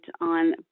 on